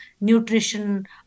nutrition